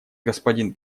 господин